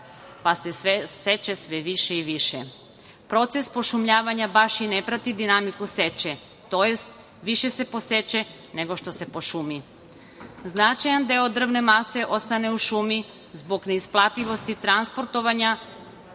pa se seče sve više i više. Proces pošumljavanja baš i ne prati dinamiku seče tj. više se poseče nego što se pošumi. Značajan deo drvne mase ostane u šumi zbog neisplativosti transportovanja